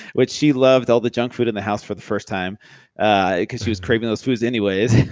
which she loved all the junk food in the house for the first time ah because she was craving those foods anyways.